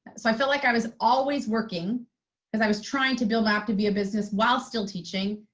so i feel like i was always working because i was trying to build up to be a business while still teaching.